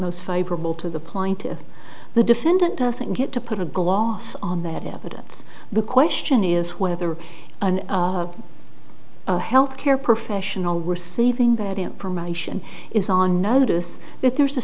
most favorable to the point if the defendant doesn't get to put a gloss on that evidence the question is whether an a healthcare professional receiving that information is on notice that there's a